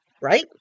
right